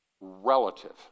relative